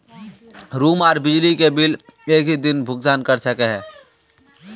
Room आर बिजली के बिल एक हि दिन भुगतान कर सके है?